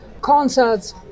concerts